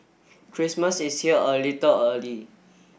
Christmas is here a little early